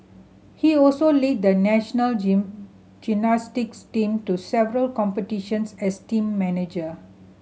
he also led the national gymnastics team to several competitions as team manager